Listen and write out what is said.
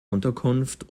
unterkunft